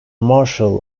marshal